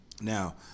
Now